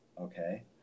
Okay